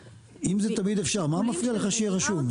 אם זה תמיד אפשר, מה מפריע לך שזה יהיה רשום?